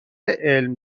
علم